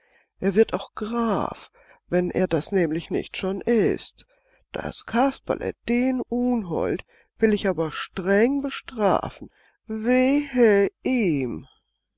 er wird auch graf wenn er das nämlich nicht schon ist das kasperle den unhold will ich aber streng bestrafen wehe ihm